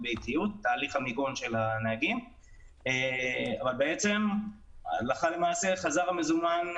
באופן עקרוני, עד עכשיו עשינו את